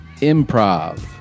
Improv